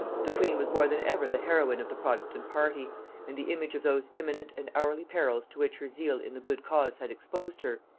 the queen was more than ever the heroine of the protestant party and the image of those imminent and hourly perils to which her zeal in the good cause had exposed her,